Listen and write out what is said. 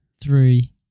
Three